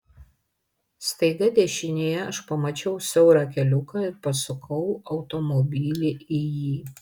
staiga dešinėje aš pamačiau siaurą keliuką ir pasukau automobilį į jį